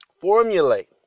formulate